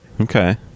Okay